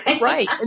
Right